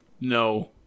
no